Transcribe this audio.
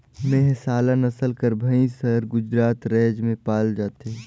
मेहसाला नसल कर भंइस हर गुजरात राएज में पाल जाथे